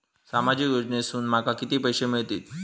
सामाजिक योजनेसून माका किती पैशे मिळतीत?